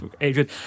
Adrian